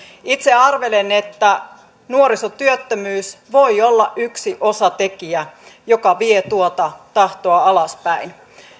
itse arvelen että nuorisotyöttömyys voi olla yksi osatekijä joka vie tuota tahtoa alaspäin